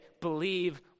believe